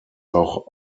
auch